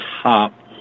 top